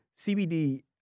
CBD